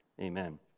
Amen